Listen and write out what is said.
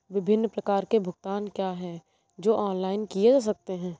विभिन्न प्रकार के भुगतान क्या हैं जो ऑनलाइन किए जा सकते हैं?